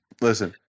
Listen